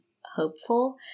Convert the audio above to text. hopeful